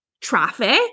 traffic